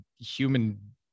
human